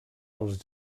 als